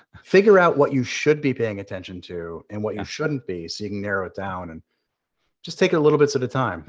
figure out what you should be paying attention to and what you shouldn't be so you can narrow it down. and just take it little bits at a time. but